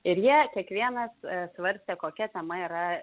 ir jie kiekvienas svarstė kokia tema yra